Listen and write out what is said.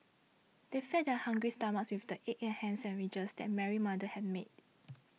they fed their hungry stomachs with the egg and ham sandwiches that Mary's mother had made